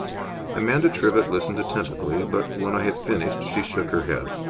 amanda trivett listened attentively, but, when i had finished, she shook her head.